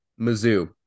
Mizzou